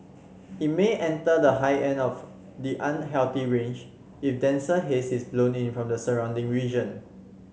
it may enter the high end of the unhealthy range if denser haze is blown in from the surrounding region